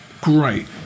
Great